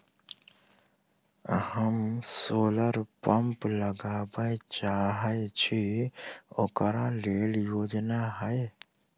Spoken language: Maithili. हम सोलर पम्प लगाबै चाहय छी ओकरा लेल योजना हय?